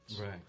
Right